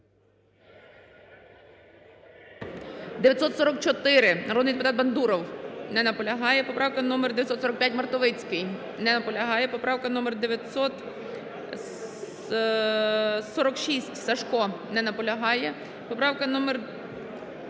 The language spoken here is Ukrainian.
944, народний депутат Бандуров на наполягає. Поправка номер 945, Мартовицький не наполягає. Поправка номер 946, Сажко не наполягає. Поправка номер